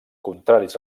contraris